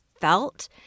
felt